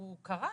הוא קרס.